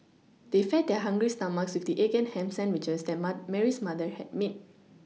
they fed their hungry stomachs with the egg and ham sandwiches that ma Mary's mother had made